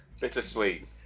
Bittersweet